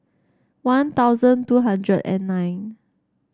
One Thousand two hundred and nine